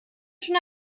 schon